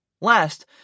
Last